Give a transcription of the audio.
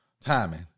timing